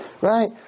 right